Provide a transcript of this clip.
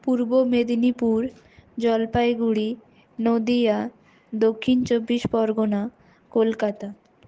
Purba Medinipur Jalpaiguri Nadia Dakshin Chabbish Pargana Kolkata